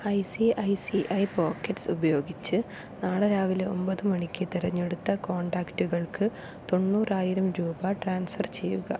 I C I C I pockets ഉപയോഗിച്ച് നാളെ രാവിലെ ഒമ്പത് മണിക്ക് തിരഞ്ഞെടുത്ത കോണ്ടാക്റ്റുകൾക്ക് തൊണ്ണൂറായിരം രൂപ ട്രാൻസ്ഫർ ചെയ്യുക